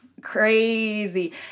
crazy